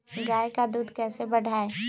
गाय का दूध कैसे बढ़ाये?